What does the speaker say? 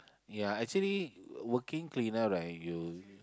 ya actually working cleaner right you